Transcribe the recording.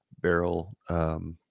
barrel